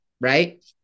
right